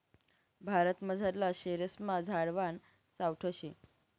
भारतमझारला शेरेस्मा झाडवान सावठं शे